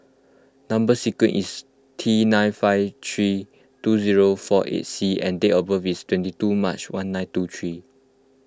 Number Sequence is T nine five three two zero four eight C and date of birth is twenty two March one nine two three